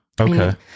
okay